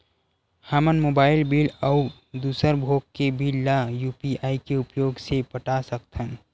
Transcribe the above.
हमन mobile bill अउ दूसर भोग के बिल ला यू.पी.आई के उपयोग से पटा सकथन